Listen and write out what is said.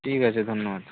ঠিক আছে ধন্যবাদ